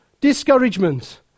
Discouragement